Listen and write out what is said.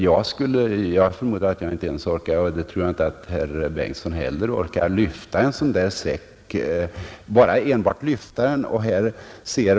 Jag förmodar att varken jordbruksministern eller jag ens orkar lyfta en full sådan säck.